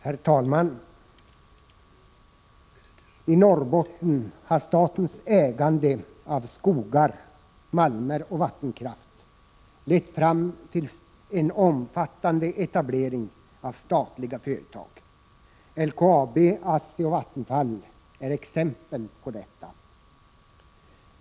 Herr talman! I Norrbotten har statens ägande av skogar, malm och vattenkraft lett fram till en omfattande etablering av statliga företag. LKAB, ASSI och Vattenfall är exempel på detta.